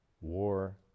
war